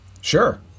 Sure